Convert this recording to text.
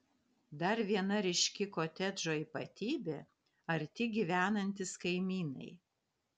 dar viena ryški kotedžo ypatybė arti gyvenantys kaimynai